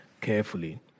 carefully